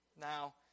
Now